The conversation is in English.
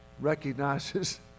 recognizes